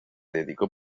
dedicó